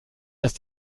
ist